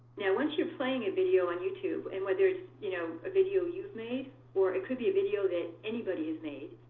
now once you're playing a video on youtube and whether it's you know a video you've made or it could be a video that anybody has made